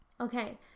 Okay